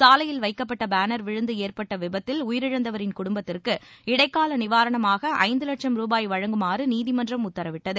சாலையில் வைக்கப்பட்ட பேனர் விழுந்து ஏற்பட்ட விபத்தில் உயிரிழந்தவரின் குடும்பத்திற்கு இடைக்கால நிவாரணமாக ஐந்து லட்சம் ரூபாய் வழங்குமாறு நீதிமன்றம் உத்தரவிட்டது